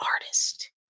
artist